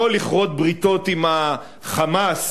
לא לכרות בריתות עם ה"חמאס",